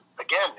again